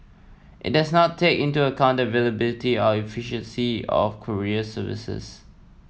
it does not take into account the availability or efficiency of courier services